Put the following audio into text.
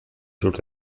sur